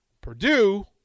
Purdue